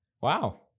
Wow